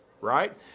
right